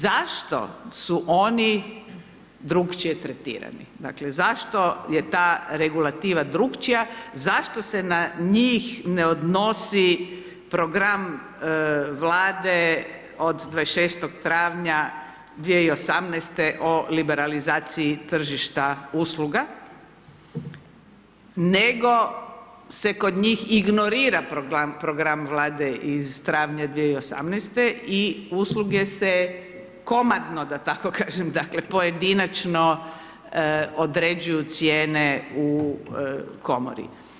Zašto su oni drukčije tretirani, dakle, zašto je ta regulativa drukčija, zašto se na njih ne odnosi program Vlade od 26. travnja 2018.-te o liberalizaciji tržišta usluga, nego se kod njih ignorira program Vlade iz travnja 2018.-te, i usluge se komadno, da tako kažem, dakle, pojedinačno, određuju cijene u Komori.